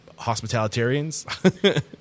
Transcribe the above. hospitalitarians